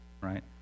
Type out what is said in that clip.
right